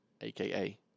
AKA